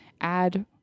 add